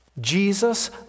Jesus